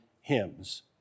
hymns